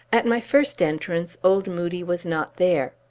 at my first entrance, old moodie was not there.